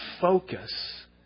focus